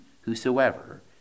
whosoever